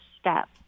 step